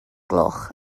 gloch